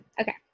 Okay